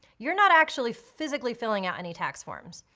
you're not actually physically filling out any tax forms.